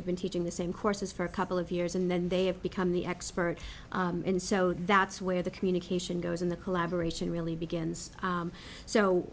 have been teaching the same courses for a couple of years and then they have become the expert and so that's where the communication goes in the collaboration really begins so